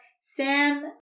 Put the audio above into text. Sam